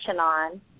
on